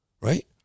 right